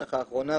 בטח האחרונה,